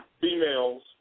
females